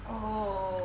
oh